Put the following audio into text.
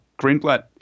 Greenblatt